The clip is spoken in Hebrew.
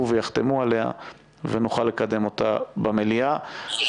ויחתמו עליה ונוכל לקדם אותה במליאה.